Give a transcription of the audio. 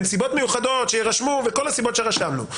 בנסיבות מיוחדות שיירשמו וכל הסיבות שרשמנו.